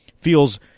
feels